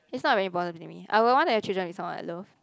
it's not very important to me I would want to have children with someone I love